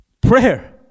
prayer